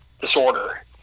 disorder